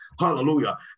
Hallelujah